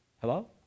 Hello